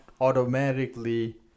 automatically